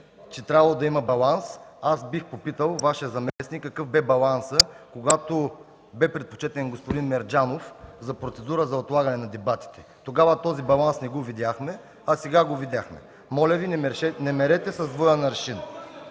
че трябвало да има баланс, аз бих попитал Вашия заместник: какъв бе балансът, когато бе предпочетен господин Мерджанов за процедура за отлагане на дебатите? Тогава този баланс не го видяхме, а сега го виждаме. Моля Ви, не мерете с двоен аршин.